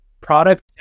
Product